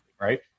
right